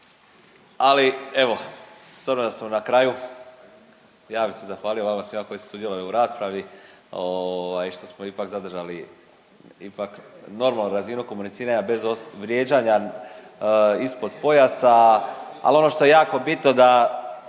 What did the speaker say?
Ali evo s obzirom da sam na kraju ja bih se zahvalio vama svima koji ste sudjelovali u raspravi, što smo ipak zadržali normalnu razinu komuniciranja bez vrijeđanja ispod pojasa. Ali ono što je jako bitno da